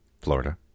Florida